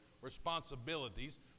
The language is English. responsibilities